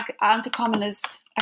anti-communist